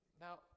Now